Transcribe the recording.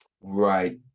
right